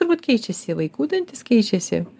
turbūt keičiasi vaikų dantys keičiasi